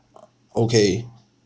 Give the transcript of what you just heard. okay